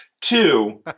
Two